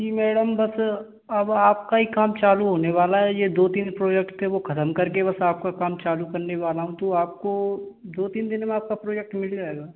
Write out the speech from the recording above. जी madam बस अब आपका ही काम चालू होने वाला है ये दो तीन प्रोजेक्ट थे वो खतम करके बस आपका काम चालू करने वाला हूँ तो आपको दो तीन दिन में आपका प्रोजेक्ट मिल जाएगा